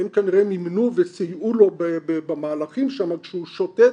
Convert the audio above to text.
הם כנראה מימנו וסייעו לו במהלכים שם כשהוא שוטט,